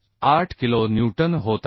48 kilo newton होत आहे